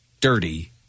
dirty